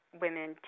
women